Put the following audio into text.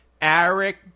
Eric